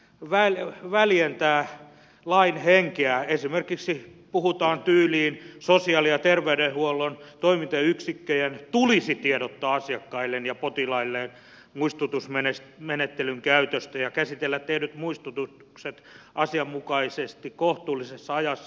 tämähän väljentää lain henkeä esimerkiksi puhutaan tyyliin sosiaali ja terveydenhuollon toimintayksikköjen tulisi tiedottaa asiakkailleen ja potilailleen muistutusmenettelyn käytöstä ja käsitellä tehdyt muistutukset asianmukaisesti kohtuullisessa ajassa